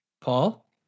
Paul